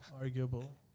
Arguable